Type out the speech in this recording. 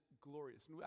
glorious